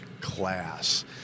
class